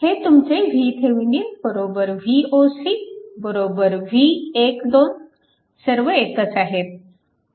हे तुमचे VThevenin Voc V 12 सर्व एकच आहेत